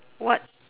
what